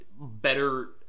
better